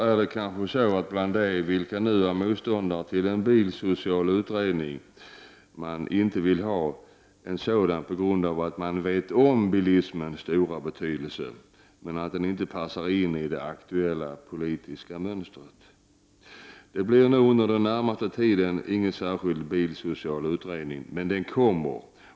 Är det kanske så att man bland dem som nu är motståndare till en bilsocial utredning inte vill ha en sådan på grund av att man känner till bilismens stora betydelse men att det inte passar in i det aktuella politiska mönstret? Det blir nog under den närmaste tiden ingen särskild bilsocial utredning. Men den kommer.